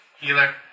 Healer